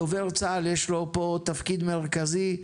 לדובר צה"ל יש פה תפקיד מרכזי,